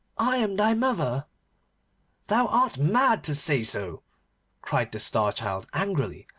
i am thy mother thou art mad to say so cried the star-child angrily.